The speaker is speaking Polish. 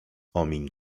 omiń